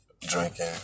drinking